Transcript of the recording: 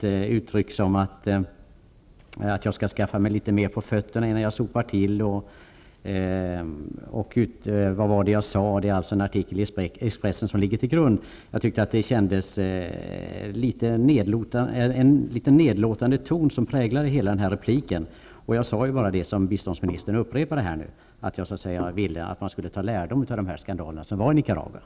Han uttryckte det så, att jag skall skaffa mig mer på fötterna innan jag sopar till osv. Det var alltså en artikel i Expres sen som låg till grund. Det kändes som att det var en nedlåtande ton som präglade hela repliken. Jag sade ju bara det som biståndsministern nu uppre pade, att man skall ta lärdom av de skandaler som förekom i Nicaragua.